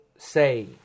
Say